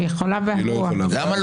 לא יקום ולא יהיה.